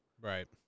Right